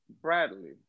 Bradley